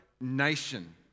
nation